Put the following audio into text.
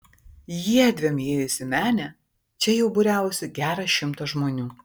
jiedviem įėjus į menę čia jau būriavosi geras šimtas žmonių